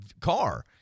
car